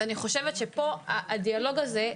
אז אני חושבת שפה הדיאלוג הזה,